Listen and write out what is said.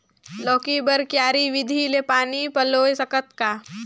लौकी बर क्यारी विधि ले पानी पलोय सकत का?